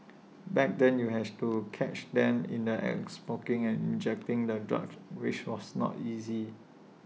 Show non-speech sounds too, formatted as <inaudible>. <noise> back then you has to catch them in the act smoking and injecting the drugs which was not easy